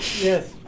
Yes